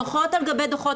דו"חות על גבי דו"חות,